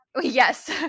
Yes